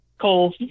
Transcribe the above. Cole